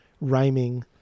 rhyming